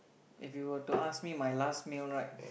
if you were to ask me my last meal right